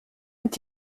est